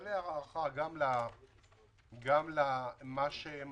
מלא הערכה גם למה שהם